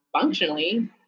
functionally